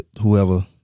Whoever